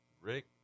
Rick